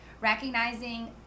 recognizing